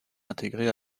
intégrée